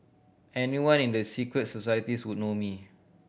anyone in the secret societies would know me